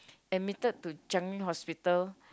admitted to changi Hospital